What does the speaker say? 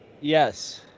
Yes